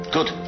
Good